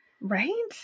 Right